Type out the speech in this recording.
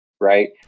Right